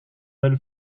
del